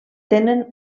tenen